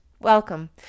Welcome